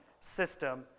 system